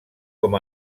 com